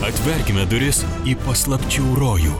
atverkime duris į paslapčių rojų